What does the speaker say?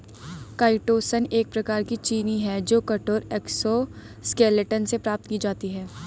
chitosan एक प्रकार की चीनी है जो कठोर एक्सोस्केलेटन से प्राप्त की जाती है